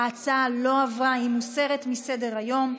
ההצעה לא עברה, היא מוסרת מסדר-היום.